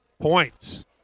Points